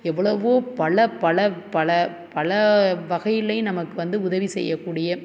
எவ்வளோவோ பல பல பல பல வகையிலேயும் நமக்கு வந்து உதவி செய்யக்கூடிய